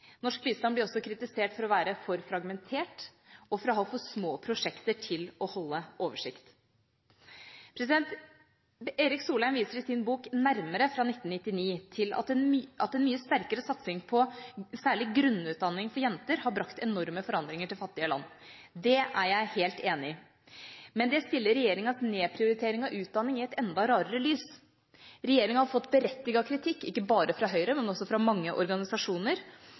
Norsk bistand blir også kritisert for å være for fragmentert og for å ha for små prosjekter til å holde oversikt. Erik Solheim viser i sin bok Nærmere fra 1999 til at en mye sterkere satsing særlig på grunnutdanning for jenter har brakt enorme forandringer til fattige land. Det er jeg helt enig i. Men det stiller regjeringas nedprioritering av utdanning i et enda rarere lys. Regjeringa har fått berettiget kritikk, ikke bare fra Høyre, men også fra mange organisasjoner,